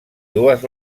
dues